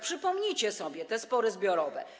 Przypomnijcie sobie te spory zbiorowe.